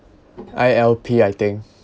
I_L_P I think